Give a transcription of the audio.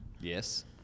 Yes